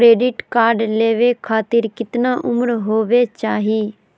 Credit card लेवे खातीर कतना उम्र होवे चाही?